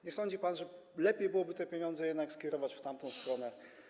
Nie sądzi pan, że lepiej byłoby te pieniądze jednak skierować w tamtą stronę?